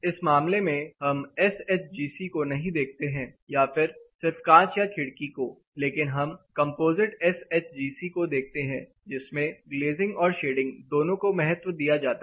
इस मामले में हम एस एच जी सी को नहीं देखते हैं या फिर सिर्फ कांच या खिड़की को लेकिन हम composite S H G C को देखते हैं जिसमें ग्लेजिंग और शेडिंग दोनों को महत्व दिया जाता है